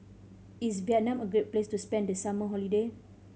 is Vietnam a good place to spend the summer holiday